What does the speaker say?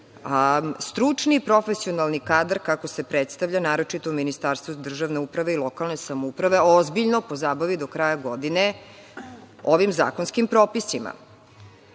stručni i profesionalni kadar, kako se predstavlja, naročito u Ministarstvu državne uprave i lokalne samouprave, ozbiljno pozabavi do kraja godine ovim zakonskim propisima. Sve